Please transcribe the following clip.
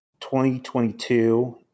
2022